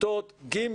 כיתות ג',